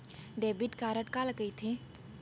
Debit card काला कहिथे?